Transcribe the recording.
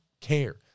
care